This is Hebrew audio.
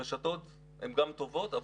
הרשתות הן גם טובות,